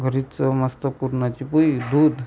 घरीच चव मस्त पुरणाची पोळी दूध